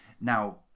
Now